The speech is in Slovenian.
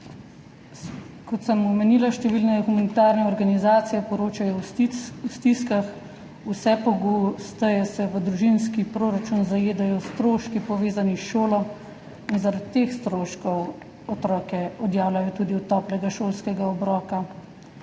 Kot sem omenila, številne humanitarne organizacije poročajo o stiskah. Vse pogosteje se v družinski proračun zajedajo stroški, povezani s šolo, in zaradi teh stroškov otroke odjavljajo tudi od toplega šolskega obroka.